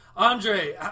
Andre